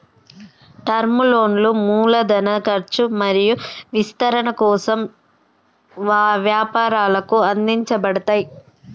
term లోన్లు మూలధన ఖర్చు మరియు విస్తరణ కోసం వ్యాపారాలకు అందించబడతయ్